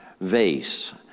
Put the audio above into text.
vase